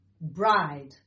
bride